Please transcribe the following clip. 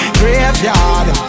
graveyard